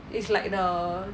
it's like the